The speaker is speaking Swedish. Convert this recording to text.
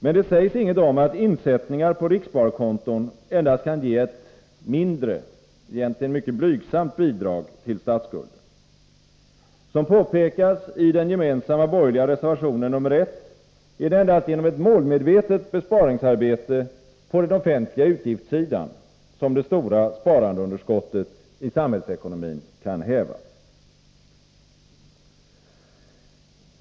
Men det sägs inget om att insättningar på rikssparkonton endast kan ge ett mindre — egentligen mycket blygsamt — bidrag till statsskulden. Som påpekas i den gemensamma borgerliga reservationen nr 1 är det endast genom ett målmedvetet besparingsarbete på den offentliga utgiftssidan som det stora sparandeunderskottet i samhällsekonomin kan hävas.